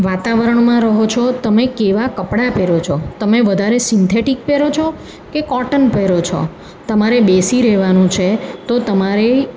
વાતાવરણમાં રહો છો તમે કેવા કપડા પહેરો છો તમે વધારે સિન્થેટિક પહેરો છો કે કોટન પહેરો છો તમારે બેસી રહેવાનું છે તો તમારે